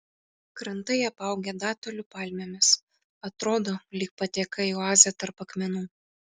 krantai apaugę datulių palmėmis atrodo lyg patekai į oazę tarp akmenų